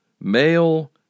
male